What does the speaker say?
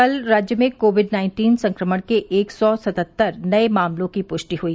कल राज्य में कोविड नाइन्टीन संक्रमण के एक सौ सतहत्तर नए मामलों की पृष्टि हुई